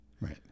Right